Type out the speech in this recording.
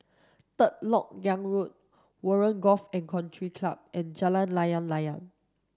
Third Lok Yang Road Warren Golf and Country Club and Jalan Layang Layang